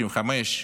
55,